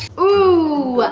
ooohh! ahhhh!